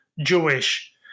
Jewish